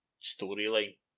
storyline